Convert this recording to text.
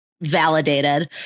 validated